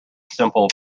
simple